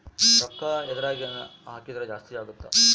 ರೂಕ್ಕ ಎದ್ರಗನ ಹಾಕಿದ್ರ ಜಾಸ್ತಿ ಅಗುತ್ತ